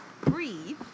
breathe